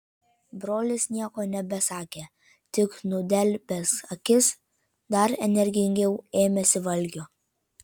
brolis nieko nebesakė tik nudelbęs akis dar energingiau ėmėsi valgio